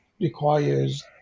requires